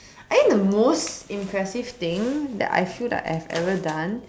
I think the most impressive thing that I feel that I've ever done